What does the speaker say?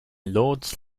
lords